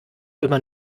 immer